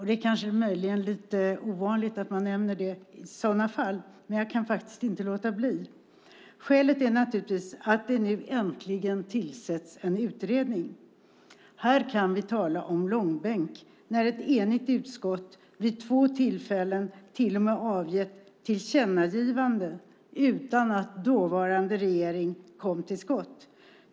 Det är möjligen lite ovanligt att man nämner sådana fall, men jag kan faktiskt inte låta bli. Skälet är naturligtvis att det nu äntligen tillsätts en utredning. Här kan vi tala om långbänk, när ett enigt utskott vid två tillfällen till och med avgett tillkännagivanden utan att dåvarande regeringen kom till skott.